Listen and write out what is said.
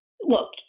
Look